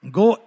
go